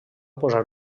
posar